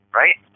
right